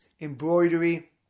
embroidery